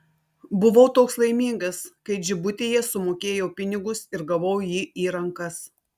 buvau toks laimingas kai džibutyje sumokėjau pinigus ir gavau jį į rankas